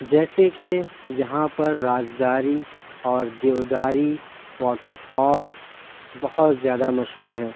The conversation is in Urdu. جیسے کہ یہاں پر رازداری اور دیودار واٹر فالز بہت زیادہ مشہور ہیں